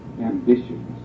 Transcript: ambitions